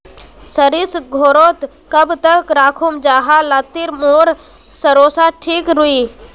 सरिस घोरोत कब तक राखुम जाहा लात्तिर मोर सरोसा ठिक रुई?